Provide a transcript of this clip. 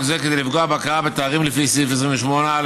זה כדי לפגוע בהכרה בתארים לפי סעיף 28א